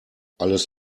alles